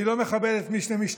אני לא מכבד את מי שמשתמט,